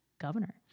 governor